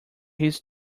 his